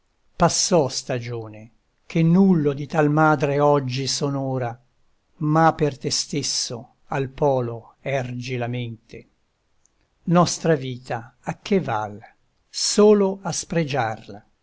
passò stagione che nullo di tal madre oggi s'onora ma per te stesso al polo ergi la mente nostra vita a che val solo a spregiarla